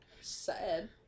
sad